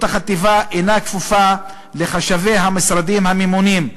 החטיבה אינה כפופה לחשבי המשרדים הממונים,